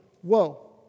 whoa